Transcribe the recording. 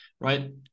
right